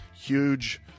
huge